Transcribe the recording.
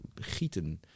Gieten